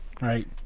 Right